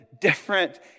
different